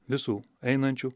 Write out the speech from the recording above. visų einančių